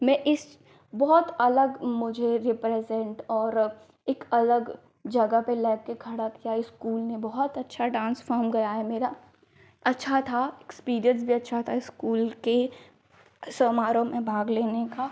मैं इस बहुत अलग मुझे रिप्रेजेन्ट और एक अलग जगह पर लाकर खड़ा किया स्कूल ने बहुत अच्छा डान्स फ़ॉर्म गया है मेरा अच्छा था एक्सपीरिएन्स भी अच्छा था स्कूल के समारोह में भाग लेने का